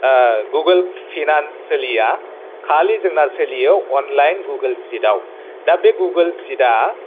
Google finance सोलिया खालि जोंना सोलिया अनलाइन गुगोल शिटआव दा बे गुगोल शिटआ